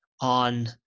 on